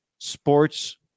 Sports